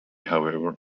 however